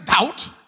doubt